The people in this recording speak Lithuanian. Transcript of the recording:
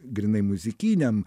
grynai muzikiniam